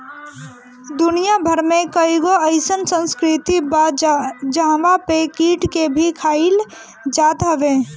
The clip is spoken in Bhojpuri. दुनिया भर में कईगो अइसन संस्कृति बा जहंवा पे कीट के भी खाइल जात हवे